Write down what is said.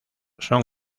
son